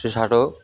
ସେ ସାର୍ଟ୍